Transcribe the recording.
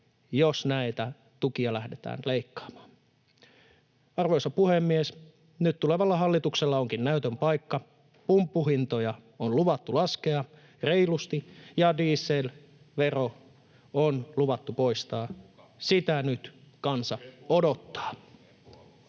jos näitä tukia lähdetään leikkaamaan. Arvoisa puhemies! Nyt tulevalla hallituksella onkin näytön paikka. Pumppuhintoja on luvattu laskea reilusti, ja dieselvero on luvattu poistaa. [Juha Mäenpää: